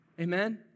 Amen